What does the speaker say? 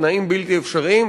תנאים בלתי אפשריים,